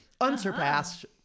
unsurpassed